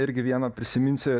irgi vieną prisiminsi